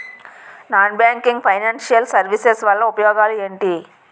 Non banking financial services వల్ల ఉపయోగాలు ఎంటి?